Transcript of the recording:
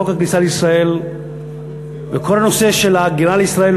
חוק הכניסה לישראל וכל הנושא של ההגירה לישראל,